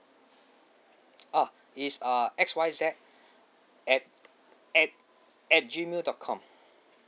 oh it's uh X Y Z at at at gmail dot com